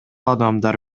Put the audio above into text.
адамдар